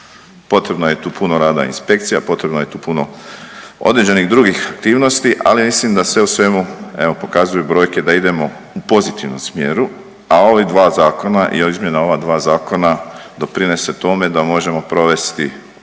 Potrebno je tu puno rada inspekcija, potrebno je tu puno određenih drugih aktivnosti, ali mislim da sve u svemu evo pokazuju brojke da idemo u pozitivnom smjeru, a ova dva zakona i izmjena ova dva zakona doprinese tome da možemo provesti